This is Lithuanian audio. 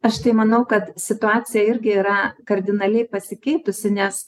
aš tai manau kad situacija irgi yra kardinaliai pasikeitusi nes